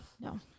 No